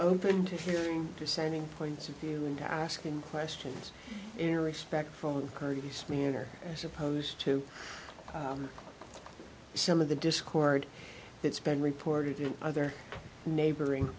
open to hearing dissenting points of view and asking questions air expect from a courteous manner as opposed to some of the discord it's been reported in other neighboring